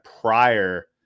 prior